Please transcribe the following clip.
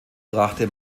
brachte